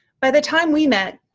by the time we met,